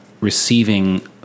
receiving